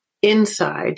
inside